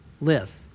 live